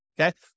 Okay